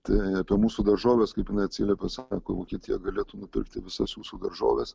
tai apie mūsų daržoves kaip jinai atsiliepė sako vokietija galėtų nupirkti visas jūsų daržoves